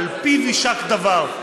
על פיו יישק דבר.